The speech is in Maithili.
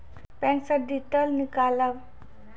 बैंक से डीटेल नीकालव?